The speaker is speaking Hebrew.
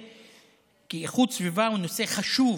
כי איכות הסביבה היא נושא חשוב